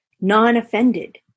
non-offended